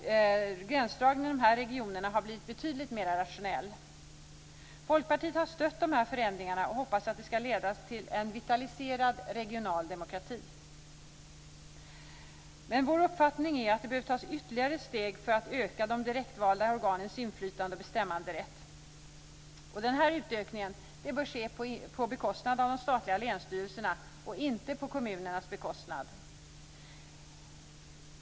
Gränsdragningen i dessa regioner har blivit betydligt mer rationell. Folkpartiet har stött dessa förändringar och hoppas att de ska leda till en vitaliserad regional demokrati. Vår uppfattning är att ytterligare steg behöver tas för att öka de direktvalda organens inflytande och bestämmanderätt. Denna utökning bör ske på bekostnad av de statliga länsstyrelserna och inte på kommunernas bekostnad.